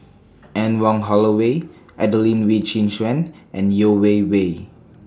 Anne Wong Holloway Adelene Wee Chin Suan and Yeo Wei Wei